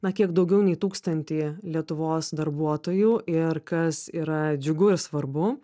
na kiek daugiau nei tūkstantį lietuvos darbuotojų ir kas yra džiugu ir svarbu